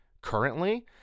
currently